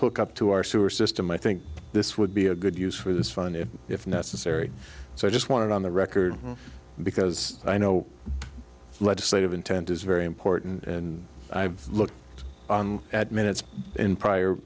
look up to our sewer system i think this would be a good use for this fund it if necessary so i just want it on the record because i know legislative intent is very important and i've looked at minutes in